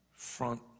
front